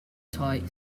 tight